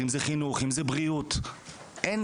אם זה חינוך,